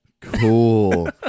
cool